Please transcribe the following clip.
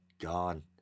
Gone